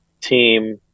team